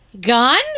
Gun